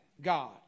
God